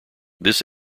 this